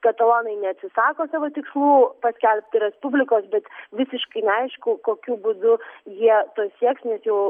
katalonai neatsisako savo tikslų paskelbti respublikos bet visiškai neaišku kokiu būdu jie to sieks nes jau